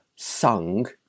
sung